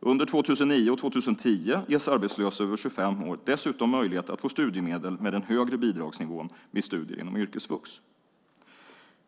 Under 2009 och 2010 ges arbetslösa över 25 år dessutom möjlighet att få studiemedel med den högre bidragsnivån vid studier inom yrkesvux.